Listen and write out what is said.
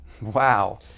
Wow